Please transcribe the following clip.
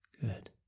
Good